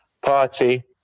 party